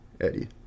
Eddie